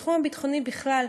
בתחום הביטחוני, בכלל,